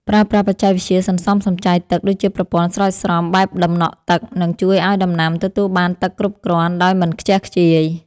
ប្រើប្រាស់បច្ចេកវិទ្យាសន្សំសំចៃទឹកដូចជាប្រព័ន្ធស្រោចស្រពបែបដំណក់ទឹកនឹងជួយឱ្យដំណាំទទួលបានទឹកគ្រប់គ្រាន់ដោយមិនខ្ជះខ្ជាយ។